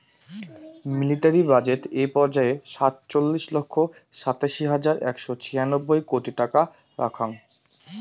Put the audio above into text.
military budget এ পর্যায়ে সাতচল্লিশ লক্ষ সাতাশি হাজার একশো ছিয়ানব্বই কোটি টাকা রাখ্যাং